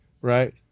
right